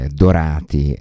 dorati